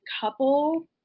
couple